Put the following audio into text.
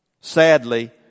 Sadly